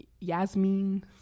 Yasmin